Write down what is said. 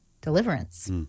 deliverance